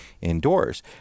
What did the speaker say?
indoors